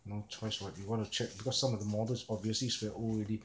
no choice what they want to check because some of the models obviously very old already